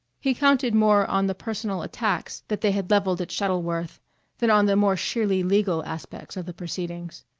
he counted more on the personal attacks that they had levelled at shuttleworth than on the more sheerly legal aspects of the proceedings.